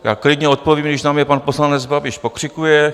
Já klidně odpovím, i když na mě pan poslanec Babiš pokřikuje.